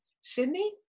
Sydney